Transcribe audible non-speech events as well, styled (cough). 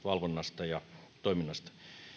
(unintelligible) valvonnasta ja toiminnasta